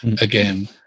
again